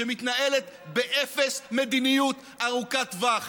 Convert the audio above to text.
שמתנהלת באפס מדיניות ארוכת טווח.